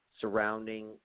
surrounding